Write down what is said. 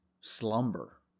slumber